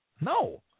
No